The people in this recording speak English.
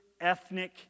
ethnic